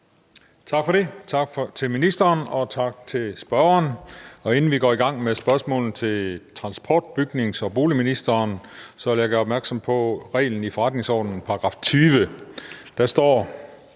Juhl): Tak til ministeren, og tak til spørgeren. Inden vi går i gang med spørgsmålene til transport-, bygnings- og boligministeren, vil jeg gøre opmærksom på reglen i forretningsordenens § 20, hvor der